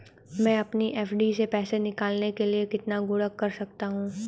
मैं अपनी एफ.डी से पैसे निकालने के लिए कितने गुणक कर सकता हूँ?